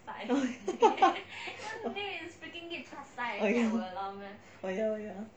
oh ya oh ya lor